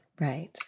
Right